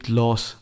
loss